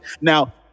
Now